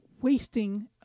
wasting